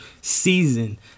season